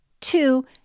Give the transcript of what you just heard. Two